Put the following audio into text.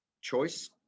choice